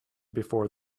before